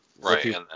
Right